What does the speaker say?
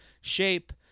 shape